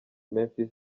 memphis